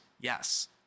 Yes